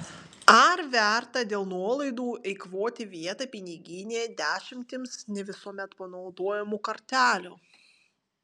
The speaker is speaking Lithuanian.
ar verta dėl nuolaidų eikvoti vietą piniginėje dešimtims ne visuomet panaudojamų kortelių